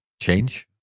Change